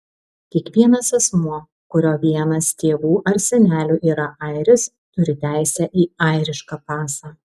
kiekvienas asmuo kurio vienas tėvų ar senelių yra airis turi teisę į airišką pasą